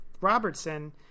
Robertson